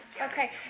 Okay